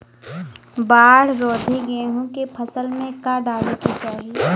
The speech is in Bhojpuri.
बाढ़ रोधी गेहूँ के फसल में का डाले के चाही?